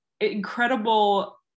incredible